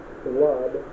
blood